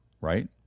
right